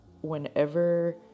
whenever